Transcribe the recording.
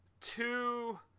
two